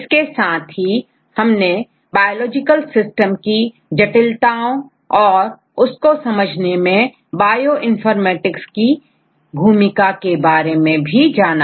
इसके साथ ही हमने बायो लॉजिकल सिस्टम की जटिलताओं और उसको समझने में बायोइनफॉर्मेटिक्स की भूमिका के बारे में भी जाना